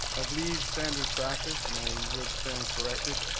i believe standard practice, and i would stand corrected,